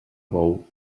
bou